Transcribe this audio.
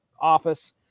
office